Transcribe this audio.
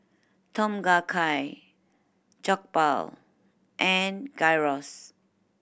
Tom Kha Gai Jokbal and Gyros